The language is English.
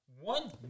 one